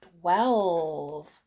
twelve